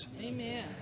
Amen